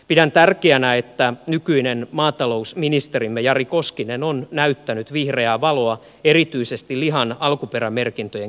pidän tärkeänä että nykyinen maatalousministerimme jari koskinen on näyttänyt vihreää valoa erityisesti lihan alkuperämerkintöjen kiirehtimiseksi